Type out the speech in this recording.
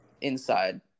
Inside